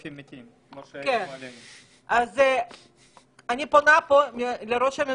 אני פונה פה לראש הממשלה,